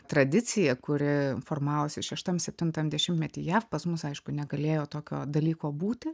tradicija kuri formavosi šeštam septintam dešimtmety jav pas mus aišku negalėjo tokio dalyko būti